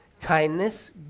kindness